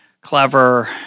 Clever